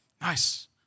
nice